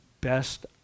best